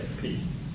peace